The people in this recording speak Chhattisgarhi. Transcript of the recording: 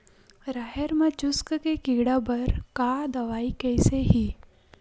राहेर म चुस्क के कीड़ा बर का दवाई कइसे ही?